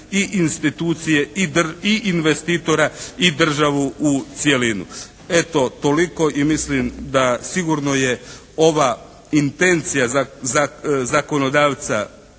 i institucije i investitora i državu i cjelini. Eto, toliko. I mislim da sigurno je ova intencija zakonodavca